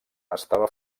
estava